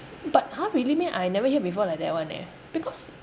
but !huh! really meh I never hear before like that one eh because